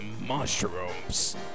mushrooms